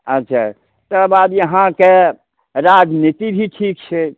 अच्छा तब आब यहाँके राजनीति भी ठीक छै